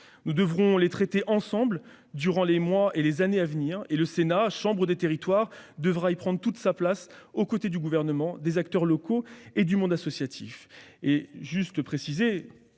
Nous devrons les traiter ensemble durant les mois et les années à venir et le Sénat, chambre des territoires, devra y prendre toute sa place aux côtés du Gouvernement, des acteurs locaux et du monde associatif.